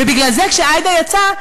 ובגלל זה כשעאידה יצאה,